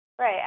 Right